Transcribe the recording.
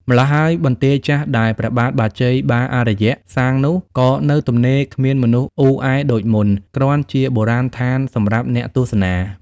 ម្ល៉ោះហើយបន្ទាយចាស់ដែល ព្រះបាទបាជ័យបាអារ្យ សាងនោះ ក៏នៅទំនេរគ្មានមនុស្សអ៊ូអែដូចមុន គ្រាន់ជាបុរាណដ្ឋានសម្រាប់អ្នកទស្សនា ។